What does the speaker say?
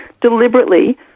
deliberately